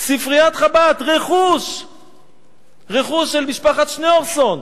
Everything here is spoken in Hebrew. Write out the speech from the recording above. ספריית חב"ד, רכוש של משפחת שניאורסון,